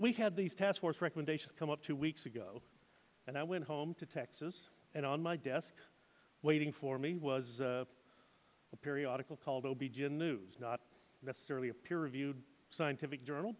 we have these task force recommendations come up two weeks ago and i went home to texas and on my desk waiting for me was a periodical called o b gyn news not necessarily a peer reviewed scientific journal